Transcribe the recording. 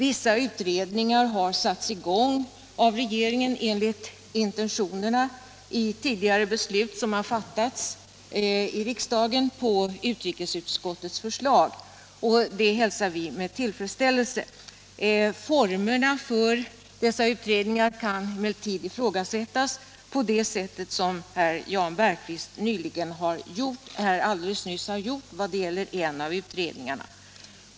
Vissa utredningar har satts i gång av regeringen enligt intentionerna i tidigare beslut som fattats av riksdagen på utrikesutskottets förslag. Det hälsar vi med tillfredsställelse. Formerna för dessa utredningar kan emellertid ifrågasättas på det sätt som herr Jan Bergqvist i Göteborg nyss har gjort i vad gäller en av utredningarna.